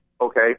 okay